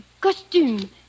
Costume